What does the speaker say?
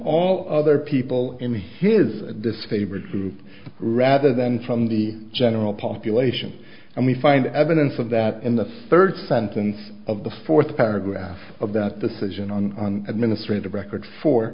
all other people in his disfavor group rather than from the general population and we find evidence of that in the third sentence of the fourth paragraph of that decision on administrative record for